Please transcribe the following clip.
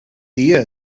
dia